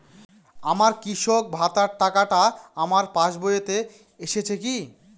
আমার কৃষক ভাতার টাকাটা আমার পাসবইতে এসেছে কি?